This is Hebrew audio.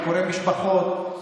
וביקורי משפחות,